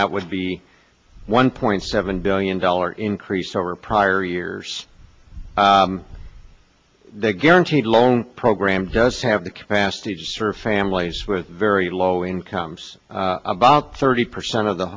that would be one point seven billion dollar increase over prior years the guaranteed loan program does have the capacity to serve families with very low incomes about thirty percent of the